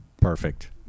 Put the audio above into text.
Perfect